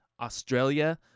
Australia